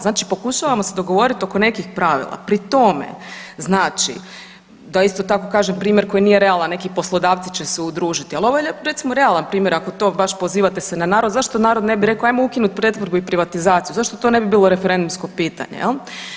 Znači pokušavamo se dogovoriti oko nekih pravila, pri tome znači da isto tako kažem primjer koji nije realan neki poslodavci će se udružiti, ali ovo je recimo realan primjer ako to baš pozivate se na narod, zašto narod ne bi rekao ajmo ukinut pretvorbu i privatizaciju, zašto to ne bi bilo referendumsko pitanje jel.